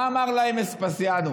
מה אמר להם אספסיאנוס?